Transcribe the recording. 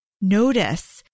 notice